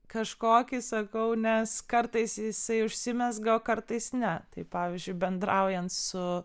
kažkokį sakau nes kartais jisai užsimezga o kartais ne taip pavyzdžiui bendraujant su